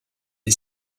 est